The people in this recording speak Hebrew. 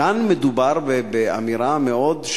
כאן מדובר באמירה מאוד,